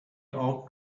off